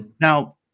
Now